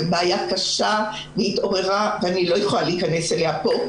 בעיה קשה התעוררה ואני לא יכולה להיכנס אליה פה.